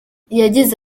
yagize